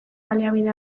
baliabide